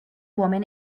woman